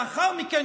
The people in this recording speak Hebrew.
לאחר מכן,